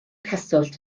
cyswllt